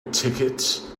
ticket